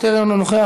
אינה נוכחת,